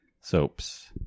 soaps